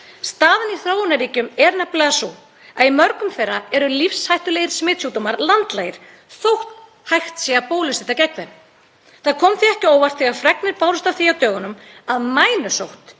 Staðan í þróunarríkjum er nefnilega sú að í mörgum þeirra eru lífshættulegir smitsjúkdómar landlægir þótt hægt sé að bólusetja gegn þeim. Það kom því ekki á óvart þegar fregnir bárust af því á dögunum að mænusótt